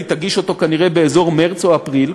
והיא תגיש אותו כנראה באזור מרס או אפריל.